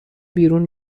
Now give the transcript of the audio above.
بیرون